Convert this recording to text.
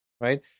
right